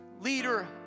leader